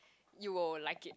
you will like it